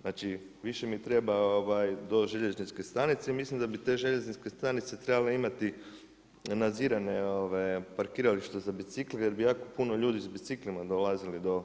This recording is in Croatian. Znači više mi treba do željezničke stanice i mislim da bi te željezničke stanice trebale imati nadzirana parkirališta za bicikle jer bi jako puno ljudi s biciklima dolazili do